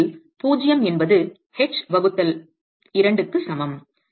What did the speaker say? x இல் 0 என்பது h வகுத்தல் 2க்கு சமம்